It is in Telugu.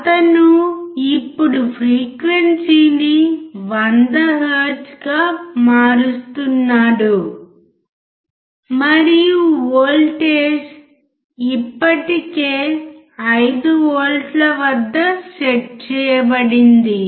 అతను ఇప్పుడు ఫ్రీక్వెన్సీని 100 హెర్ట్జ్ గా మారుస్తున్నాడు మరియు వోల్టేజ్ ఇప్పటికే 5V వద్ద సెట్ చేయబడింది